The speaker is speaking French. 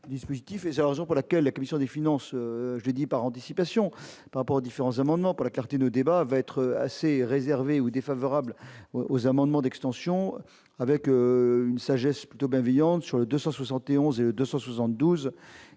et heureusement pour laquelle la commission des Finances jeudi par anticipation par rapport aux différents un moment pour l'écarter de débat va être assez réservée ou défavorable aux amendements d'extension avec une sagesse plutôt bienveillante sur le 271 272